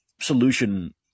solution